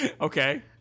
Okay